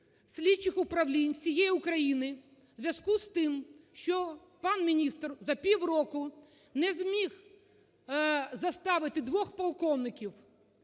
слідчих управлінь всієї України у зв'язку з тим, що пан міністр за півроку не зміг заставити двох полковників